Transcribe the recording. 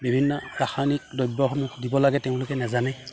বিভিন্ন ৰাসায়নিক দ্ৰব্যসমূহ দিব লাগে তেওঁলোকে নেজানে